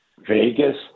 Vegas